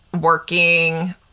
working